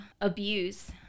abuse